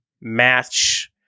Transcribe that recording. match